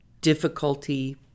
difficulty